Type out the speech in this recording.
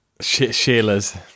sheila's